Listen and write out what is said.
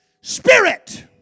spirit